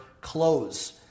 clothes